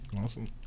Awesome